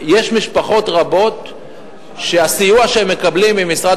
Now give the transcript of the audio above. יש משפחות רבות שהסיוע שהן מקבלות ממשרד